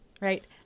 right